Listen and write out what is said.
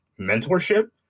mentorship